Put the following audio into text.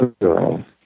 Girl